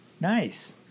Nice